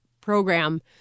program